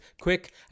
quick